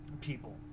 people